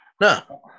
No